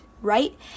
right